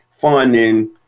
funding